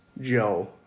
joe